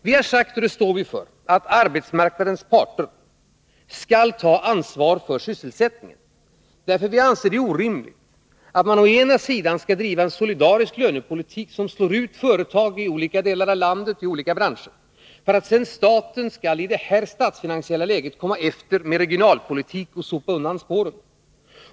Vi har sagt — och det står vi för — att arbetsmarknadens parter skall ta ansvar för sysselsättningen, därför att vi anser det orimligt att man å ena sidan skall bedriva en solidarisk lönepolitik som slår ut företag i olika delar av landet och i olika branscher för att sedan staten skall, i det här statsfinansierade läget, komma efter med regionalpolitik och sopa undan spåren.